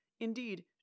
Indeed